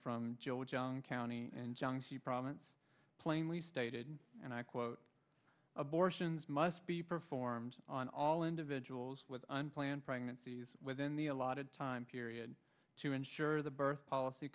from joe junk ownie and junkie province plainly stated and i quote abortions must be performed on all individuals with unplanned pregnancies within the allotted time period to ensure the birth policy